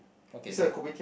what canteen